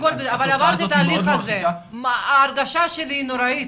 אבל עברתי את התהליך הזה, ההרגשה שלי היא נוראית.